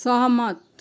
सहमत